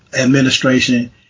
administration